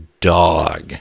Dog